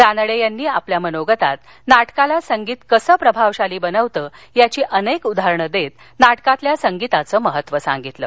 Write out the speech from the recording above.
रानडे यांनी आपल्या मनोगतात नाटकाला संगीत कसं प्रभावशाली बनवतं याची अनेक उदाहरणं देत नाटकातील संगीताचे महत्व सांगितलं